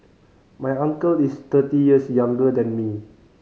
my uncle is thirty years younger than me